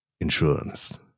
insurance